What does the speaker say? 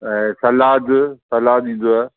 ऐं सलादु सलादु ॾींदव